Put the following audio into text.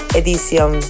edition